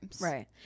Right